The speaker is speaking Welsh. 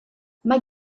mae